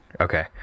okay